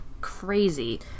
Crazy